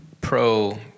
pro